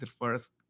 first